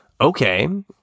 Okay